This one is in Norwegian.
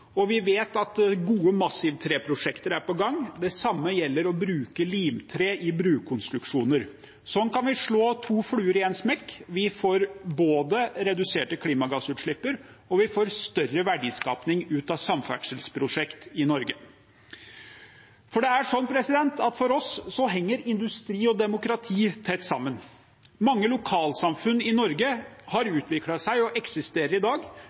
og vi vet at gode massivtreprosjekter er på gang. Det samme gjelder det å bruke limtre i brokonstruksjoner. Sånn kan vi slå to fluer i en smekk – vi får både reduserte klimagassutslipp og større verdiskaping ut av samferdselsprosjekt i Norge. For det er sånn at for oss henger industri og demokrati tett sammen. Mange lokalsamfunn i Norge har utviklet seg og eksisterer i dag